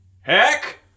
Heck